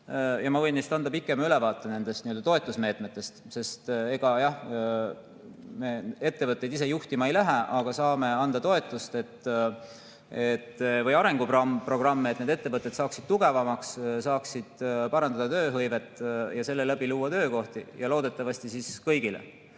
ja ma võin anda ka pikema ülevaate nendest toetusmeetmetest. Sest jah, me ise ettevõtteid juhtima ei lähe, aga saame anda toetust või luua arenguprogramme, et need ettevõtted saaksid tugevamaks, saaksid parandada tööhõivet ja seeläbi luua töökohti, loodetavasti kõigile.